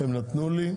והם נתנו לי.